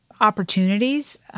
opportunities